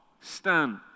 stand